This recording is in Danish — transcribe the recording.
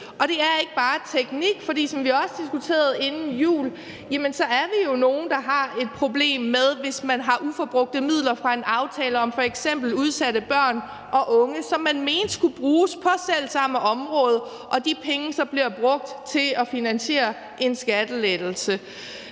ud. Det er ikke bare teknik, for som vi også diskuterede inden jul, er vi jo nogle, der har et problem med det, hvis man har uforbrugte midler fra en aftale om f.eks. udsatte børn og unge, som man mente skulle bruges på selv samme område, og de penge så bliver brugt til at finansiere en skattelettelse.